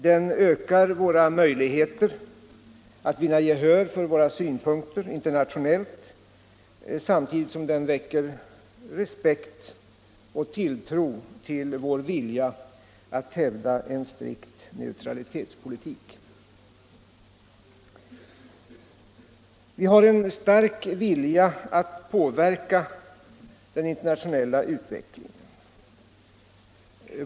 Den ökar våra möjligheter att vinna gehör för våra synpunkter internationellt samtidigt som den väcker respekt för och tilltro till vår vilja att hävda en strikt neutralitetspolitik. Vi har en stark vilja att påverka den internationella utvecklingen.